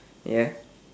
ya